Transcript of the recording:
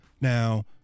Now